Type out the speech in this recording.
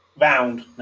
round